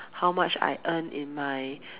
how much I earn in my